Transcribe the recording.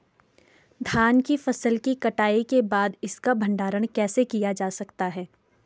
धान की फसल की कटाई के बाद इसका भंडारण कैसे किया जा सकता है?